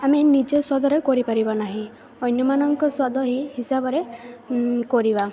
ଆମେ ନିଜ ସ୍ୱାଦରେ କରିପାରିବ ନାହିଁ ଅନ୍ୟମାନଙ୍କ ସ୍ୱାଦ ହେଇ ହିସାବରେ କରିବା